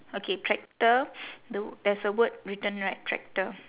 okay tractor the w~ there's a word written right tractor